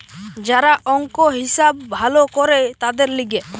যারা অংক, হিসাব ভালো করে তাদের লিগে